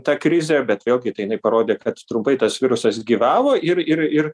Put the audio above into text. ta krizė bet vėlgi tai jinai parodė kad trumpai tas virusas gyvavo ir ir ir